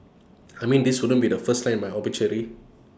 I mean this wouldn't be the first line in my obituary